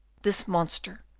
this monster,